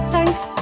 Thanks